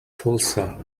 tulsa